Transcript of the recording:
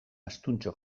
astuntxo